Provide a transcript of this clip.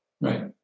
Right